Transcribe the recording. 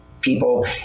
people